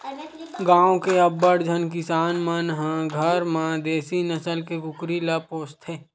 गाँव के अब्बड़ झन किसान मन ह घर म देसी नसल के कुकरी ल पोसथे